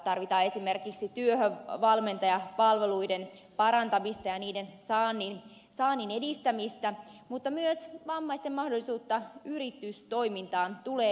tarvitaan esimerkiksi työhönvalmentajapalveluiden parantamista ja niiden saannin edistämistä mutta myös vammaisten mahdollisuutta yritystoimintaan tulee edistää